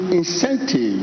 incentive